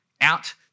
out